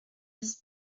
dix